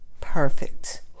perfect